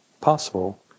possible